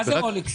מה זה רולקסים?